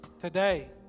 Today